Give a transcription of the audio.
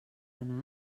anar